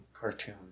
cartoon